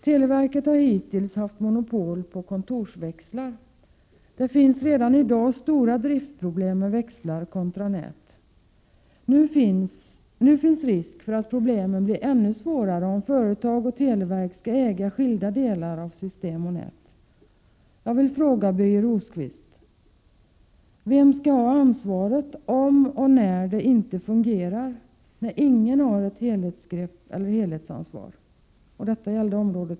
Televerket har hittills haft monopol på kontorsväxlar. Det finns redan i dag stora driftsproblem med växlar kontra nät. Nu finns risk för att problemen blir ännu svårare om företag och televerk skall äga skilda delar av system och nät. Jag vill fråga Birger Rosqvist: Vem skall ha ansvaret om och när det inte fungerar när ingen har ett helhetsgrepp eller helhetsansvar?